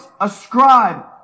ascribe